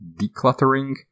decluttering